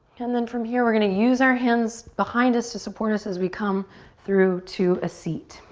and then from here, we're gonna use our hands behind us to support us as we come through to a seat.